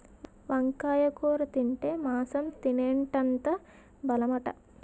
వంకాయ కూర తింటే మాంసం తినేటంత బలమట